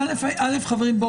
חברים,